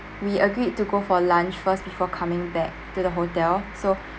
we agreed to go for lunch first before coming back to the hotel so